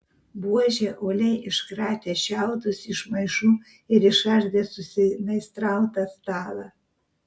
buožė uoliai iškratė šiaudus iš maišų ir išardė susimeistrautą stalą